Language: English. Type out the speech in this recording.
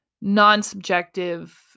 non-subjective